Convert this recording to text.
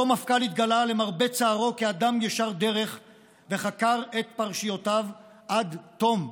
אותו מפכ"ל התגלה למרבה צערו כאדם ישר דרך וחקר את פרשיותיו עד תום,